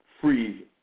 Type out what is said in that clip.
free